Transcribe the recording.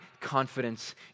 confidence